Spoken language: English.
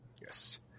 yes